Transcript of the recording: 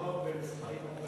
מותר לנקוב במספרים או באחוזים?